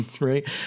right